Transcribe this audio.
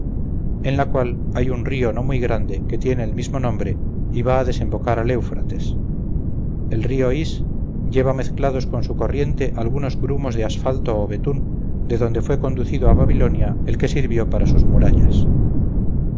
en la cual hay un río no muy grande que tiene el mismo nombre y va a desembocar al eufrates el río is lleva mezclados con su corriente algunos grumos de asfalto o betún de donde fue conducido a babilonia el que sirvió para sus murallas